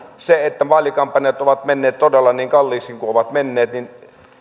kun vaalikampanjat ovat menneet todella niin kalliiksi niin kuin ovat menneet niin